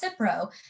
CIPRO